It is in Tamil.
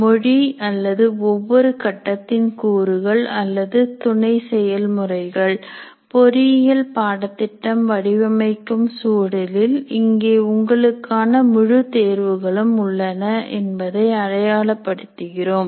மொழி அல்லது ஒவ்வொரு கட்டத்தின் கூறுகள் அல்லது துணை செயல்முறைகள் பொறியியல் பாடத்திட்டம் வடிவமைக்கும் சூழலில் இங்கே உங்களுக்கான முழு தேர்வுகளும் உள்ளன என்பதை அடையாளப் படுத்துகிறோம்